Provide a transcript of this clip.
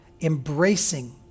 Embracing